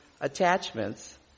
attachments